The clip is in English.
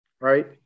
right